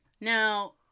Now